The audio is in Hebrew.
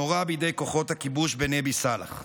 שנורה בידי כוחות הכיבוש בנבי סאלח.